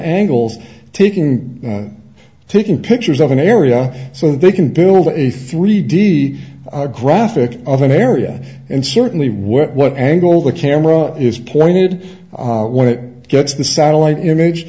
angles taking taking pictures of an area so they can build a three d graphic of an area and certainly what angle the camera is pointed when it gets the satellite image